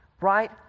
right